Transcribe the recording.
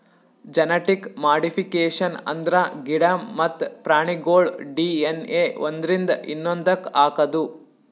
genetic modification ಅಂದ್ರ ಗಿಡ ಮತ್ತ್ ಪ್ರಾಣಿಗೋಳ್ ಡಿ.ಎನ್.ಎ ಒಂದ್ರಿಂದ ಇನ್ನೊಂದಕ್ಕ್ ಹಾಕದು